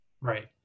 right